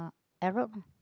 Arab